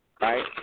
right